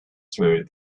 through